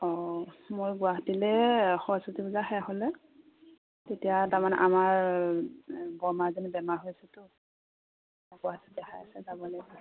অঁ মই গুৱাহাটীলৈ সৰস্বতী পূজা শেষ হ'লে তেতিয়া তাৰমানে আমাৰ বৰমা এজনীৰ বেমাৰ হৈছেতো গুৱাহাটীত দেখাই আছে যাব লাগিব কাইলৈ